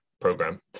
program